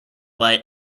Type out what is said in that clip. why